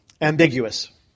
ambiguous